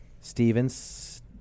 Stevens